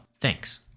Thanks